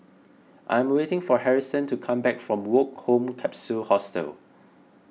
I am waiting for Harrison to come back from Woke Home Capsule Hostel